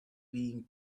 being